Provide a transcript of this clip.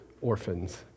orphans